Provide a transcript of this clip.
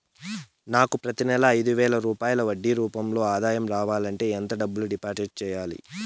నాకు ప్రతి నెల ఐదు వేల రూపాయలు వడ్డీ రూపం లో ఆదాయం రావాలంటే ఎంత డబ్బులు డిపాజిట్లు సెయ్యాలి?